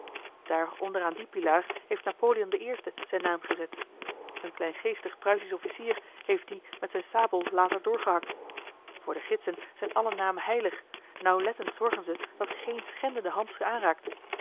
onder aan dien pilaar heeft napoleon de eerste zijn naam gezet een kleingeestig pruisisch officier heeft dien met zijn sabel later doorgehakt voor de gidsen zijn alle namen heilig nauwlettend zorgen ze dat geene schendende hand ze aanraakt